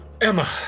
Emma